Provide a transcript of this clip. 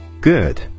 Good